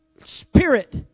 spirit